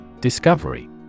DISCOVERY